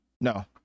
no